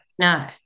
no